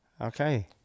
Okay